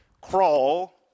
crawl